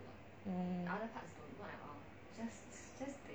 oh